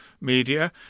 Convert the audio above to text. media